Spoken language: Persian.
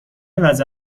وضع